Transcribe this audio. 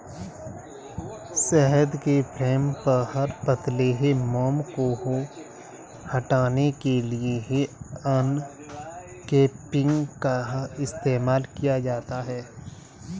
शहद के फ्रेम पर पतले मोम को हटाने के लिए अनकैपिंग का इस्तेमाल किया जाता है